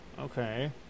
okay